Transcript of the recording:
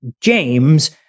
James